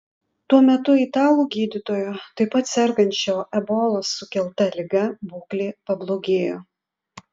tuo metu italų gydytojo taip pat sergančio ebolos sukelta liga būklė pablogėjo